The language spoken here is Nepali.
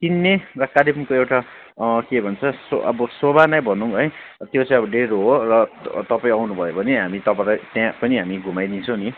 र कालेबुङको एउटा के भन्छ अब शोभा नै भनौँ है त्यो चाहिँ अब डेलो हो र तपाईँ आउनुभयो भने हामी तपाईँलाई त्यहाँ पनि हामी घुमाइदिन्छौँ नि